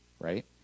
right